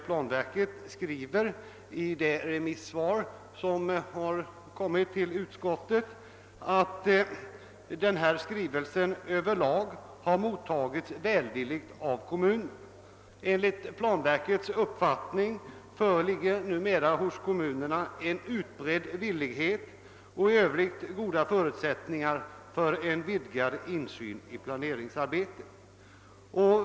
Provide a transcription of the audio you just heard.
Planverket skriver i det remissvar som har kommit till utskottet att skrivelsen över lag mottagits välvilligt i kommunerna och att enligt planverkets uppfattning numera hos kommunerna föreligger en utbredd villighet att medge vidgad insyn i planeringsarbetet.